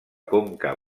conca